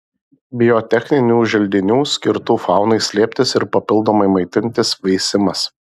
biotechninių želdinių skirtų faunai slėptis ir papildomai maitintis veisimas